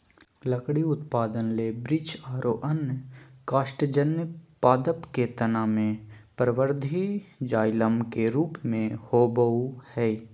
लकड़ी उत्पादन ले वृक्ष आरो अन्य काष्टजन्य पादप के तना मे परवर्धी जायलम के रुप मे होवअ हई